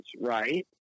right